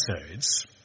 episodes